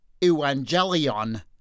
evangelion